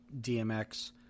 DMX